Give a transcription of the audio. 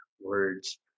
words